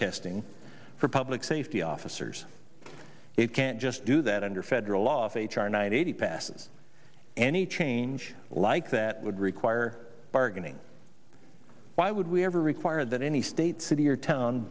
testing for public safety officers it can't just do that under federal law if a char night eighty passes any change like that would require bargaining why would we ever require that any state city or town